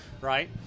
right